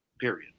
period